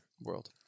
world